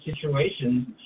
situations